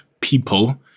people